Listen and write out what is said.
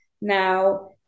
now